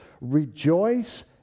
rejoice